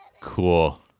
Cool